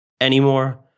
anymore